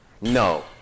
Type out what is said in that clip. No